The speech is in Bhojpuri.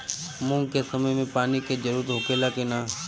मूंग के समय मे पानी के जरूरत होखे ला कि ना?